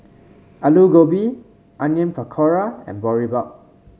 Alu Gobi Onion Pakora and Boribap